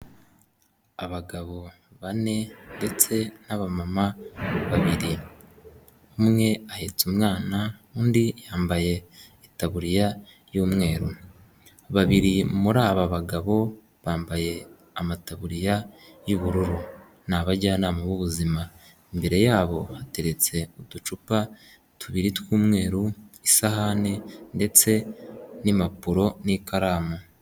Abagabo bane ndetse n'aba mama babiri ,umwe ahetse umwana undi yambaye itaburiya y'umweru, babiri muri aba bagabo bambaye amataburiya y'ubururu n'abajyanama b'ubuzima, imbere yabo hateretse uducupa tubiri tw'umweru isahani ndetse n'impapuro n'ikaramu.